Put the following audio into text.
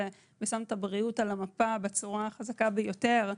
ושמת את הבריאות על המפה בצורה החזקה ביותר.